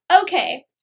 Okay